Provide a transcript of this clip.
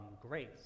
grace